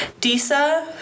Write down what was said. Disa